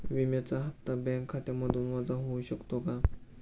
विम्याचा हप्ता बँक खात्यामधून वजा होऊ शकतो का?